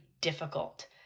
difficult